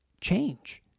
change